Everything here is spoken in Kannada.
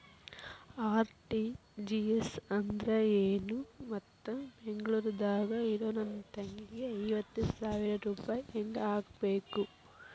ಆರ್.ಟಿ.ಜಿ.ಎಸ್ ಅಂದ್ರ ಏನು ಮತ್ತ ಬೆಂಗಳೂರದಾಗ್ ಇರೋ ನನ್ನ ತಂಗಿಗೆ ಐವತ್ತು ಸಾವಿರ ರೂಪಾಯಿ ಹೆಂಗ್ ಹಾಕಬೇಕು?